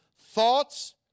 thoughts